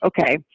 okay